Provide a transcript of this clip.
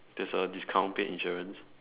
there's a discount paid insurance